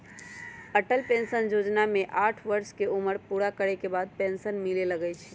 Atal pension जोजना में साठ वर्ष के उमर पूरा करे के बाद पेन्सन मिले लगैए छइ